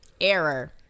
error